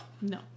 No